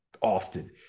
often